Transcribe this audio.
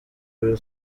will